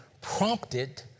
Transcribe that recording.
prompted